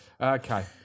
Okay